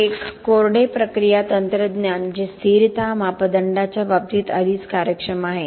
एक कोरडे प्रक्रिया तंत्रज्ञान जे स्थिरता मापदंडांच्या बाबतीत आधीच कार्यक्षम आहे